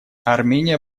армения